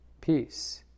peace